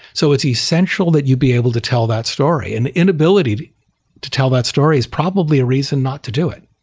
so it's essential that you'd be able to tell that story, and inability to tell that story is probably a reason not to do it.